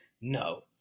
no